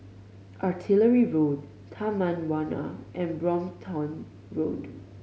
Artillery Road Taman Warna and Brompton Road